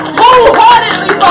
wholeheartedly